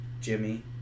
Jimmy